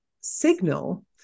signal